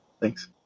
Thanks